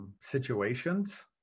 situations